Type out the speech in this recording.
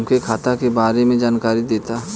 हमके खाता के बारे में जानकारी देदा?